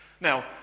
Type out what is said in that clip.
Now